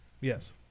Yes